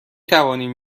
توانیم